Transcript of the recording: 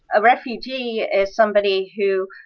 a refugee is somebody who,